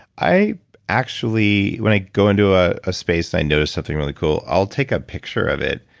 i actually when i go into ah a space, i noticed something really cool. i'll take a picture of it.